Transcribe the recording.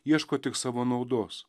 ieško tik savo naudos